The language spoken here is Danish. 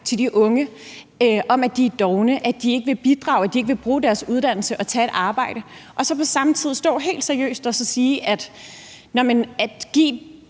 til de unge om, at de er dovne, at de ikke vil bidrage, at de ikke vil bruge deres uddannelse og tage et arbejde, og så på den anden side stå helt seriøst og sige, at det at give